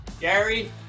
Gary